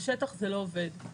בשטח זה לא עובד.